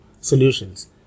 solutions